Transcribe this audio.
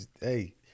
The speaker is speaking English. Hey